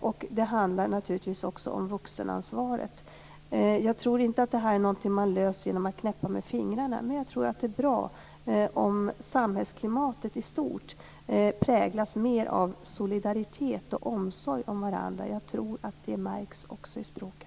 och naturligtvis också om vuxenansvaret. Jag tror inte att det här är någonting man löser genom att knäppa med fingrarna, men jag tror att det är bra om samhällsklimatet i stort präglas mer av solidaritet och omsorg om varandra. Jag tror att det märks också i språket.